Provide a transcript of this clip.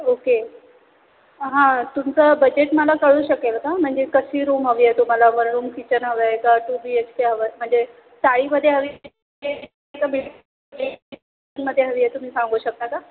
okay हां तुमचं budget मला कळू शकेल का म्हणजे कशी रूम हवी आहे तुम्हाला वररूम किचन हवं आहे का टू बी एच के हवं म्हणजे चाळीमध्ये हवी मध्ये हवी आहे तुम्ही सांगू शकता का